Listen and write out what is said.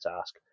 ask